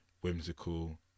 whimsical